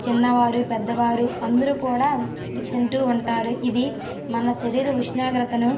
చిన్నవారు పెద్దవారు అందరూ కూడా తింటూ ఉంటారు ఇది మన శరీర ఉష్ణోగ్రతను